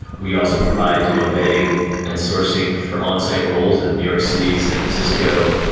we also provide you know vetting and sourcing for on-site roles in new york city, san francisco,